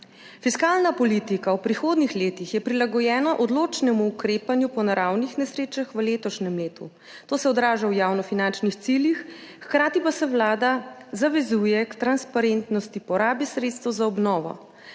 Fiskalna politika v prihodnjih letih je prilagojena odločnemu ukrepanju po naravnih nesrečah v letošnjem letu. To se odraža v javnofinančnih ciljih, hkrati pa se Vlada zavezuje k transparentnosti porabe sredstev za obnovo.